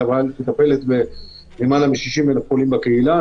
--- מטפלת בלמעלה מ-60,000 חולים בקהילה,